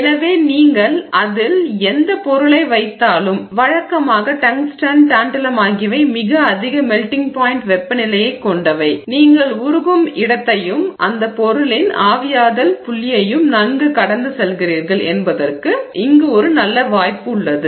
எனவே நீங்கள் அதில் எந்தப் பொருளை வைத்தாலும் குறிப்பு வழக்கமாக டங்ஸ்டன் டான்டலம் ஆகியவை மிக அதிக மெல்டிங் பாய்ண்ட் வெப்பநிலையைக் கொண்டவை நீங்கள் உருகும் இடத்தையும் அந்த பொருளின் ஆவியாதல் புள்ளியையும் நன்கு கடந்து செல்கிறீர்கள் என்பதற்கு ஒரு நல்ல வாய்ப்பு உள்ளது